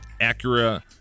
Acura